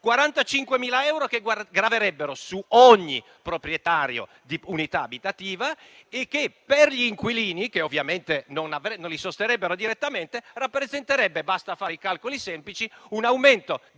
45.000 euro che graverebbero su ogni proprietario di unità abitativa e che per gli inquilini, che ovviamente non li sosterrebbero direttamente, rappresenterebbe (basta fare alcuni semplici calcoli) un aumento